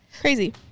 Crazy